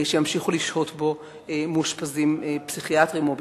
שימשיכו לשהות בו מאושפזים פסיכיאטריים או בכלל.